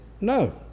no